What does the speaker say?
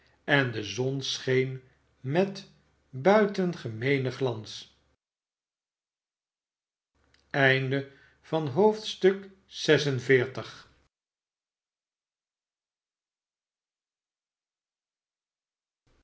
en de zon scheen met buitengemeenen glans